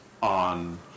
on